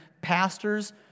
pastors